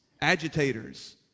agitators